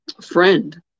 friend